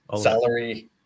salary